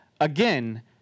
Again